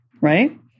right